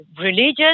religious